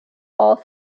all